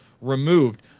removed